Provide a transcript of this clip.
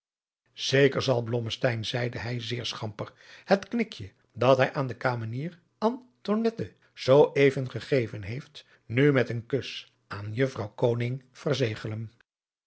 zeker zal blommesteyn zeide hij zeer schamper het knikje dat hij aan de kamenier antonette zoo even gegeven heeft nu met een kus aan juffrouw